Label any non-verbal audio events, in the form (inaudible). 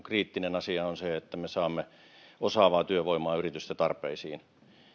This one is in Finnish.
(unintelligible) kriittinen asia on se että me saamme osaavaa työvoimaa yritysten tarpeisiin